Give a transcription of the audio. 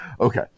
Okay